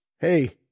hey